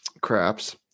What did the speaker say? Craps